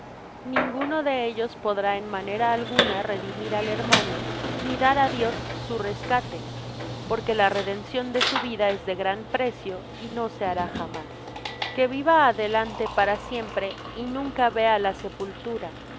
ninguno de ellos podrá en manera alguna redimir al hermano ni dar á dios su rescate porque la redención de su vida es de gran precio y no se hará jamás que viva adelante para siempre y nunca vea la sepultura